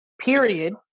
period